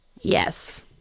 Yes